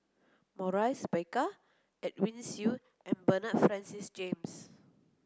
Maurice Baker Edwin Siew and Bernard Francis James